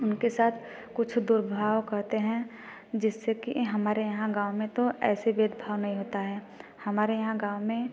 उनके साथ कुछ दुर्भाव कहते हैं जिससे कि हमारे यहाँ गाँव में तो ऐसे भेदभाव नहीं होता है हमारे यहाँ गाँव में